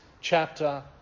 chapter